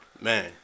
Man